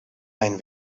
mijn